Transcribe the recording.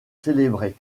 célébrée